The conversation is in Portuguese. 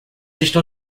estão